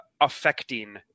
affecting